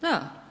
Da.